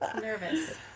nervous